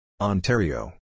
Ontario